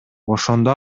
ошондо